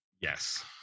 Yes